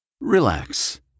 Relax